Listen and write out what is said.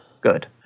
Good